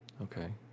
Okay